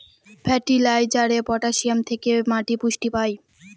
ফার্টিলাইজারে পটাসিয়াম থেকে মাটি পুষ্টি পায়